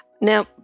Now